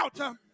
out